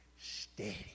steady